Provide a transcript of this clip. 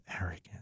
arrogant